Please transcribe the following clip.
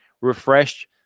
refreshed